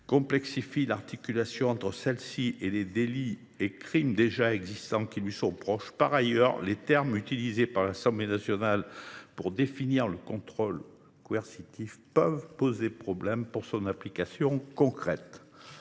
complexifie son articulation avec les délits et crimes déjà existants qui lui sont proches. Par ailleurs, les termes utilisés par l’Assemblée nationale pour définir le contrôle coercitif peuvent perturber son application concrète.